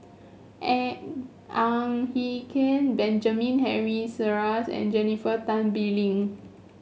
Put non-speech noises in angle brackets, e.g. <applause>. <unintelligible> Ang Hin Kee Benjamin Henry Sheares and Jennifer Tan Bee Leng